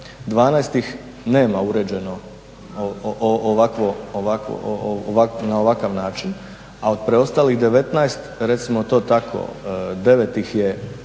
12 ih nema uređeno na ovakav način a od preostalih 19 recimo to tako 9 ih je